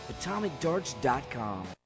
AtomicDarts.com